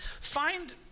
find